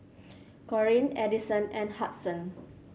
Corene Adison and Hudson